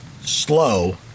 slow